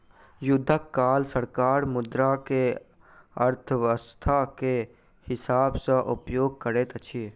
युद्धक काल सरकार मुद्रा के अर्थव्यस्था के हिसाब सॅ उपयोग करैत अछि